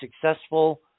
successful